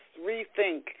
rethink